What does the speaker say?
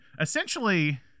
essentially